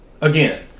Again